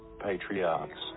patriarchs